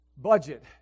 budget